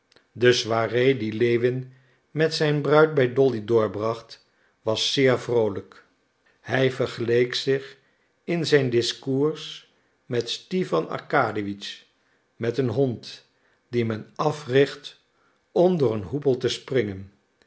de soirée die lewin met zijn bruid bij dolly doorbracht was zeer vroolijk hij vergeleek zich in zijn discours met stipan arkadiewitsch met een hond dien men africht om door een hoepel te springen